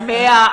על 100,